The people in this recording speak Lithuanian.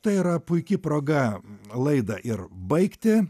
tai yra puiki proga laidą ir baigti